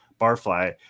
barfly